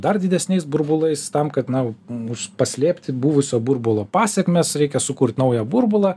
dar didesniais burbulais tam kad na mūsų paslėpti buvusio burbulo pasekmes reikia sukurt naują burbulą